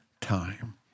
time